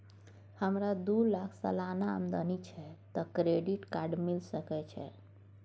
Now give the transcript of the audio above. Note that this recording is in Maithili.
हमरा दू लाख सालाना आमदनी छै त क्रेडिट कार्ड मिल सके छै?